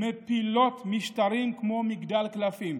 מפילות משטרים כמו מגדל קלפים,